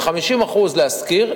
ו-50% להשכיר.